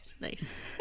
Nice